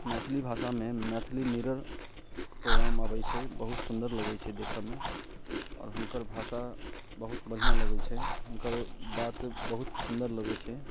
मैथिली भाषामे Maithili mirror programme अबै छै बहुत सुन्दर लगै छै देखऽमे आओर हुनकर भाषा बहुत बढ़िआँ लगै छै हुनकर बात बहुत सुन्दर लगै छै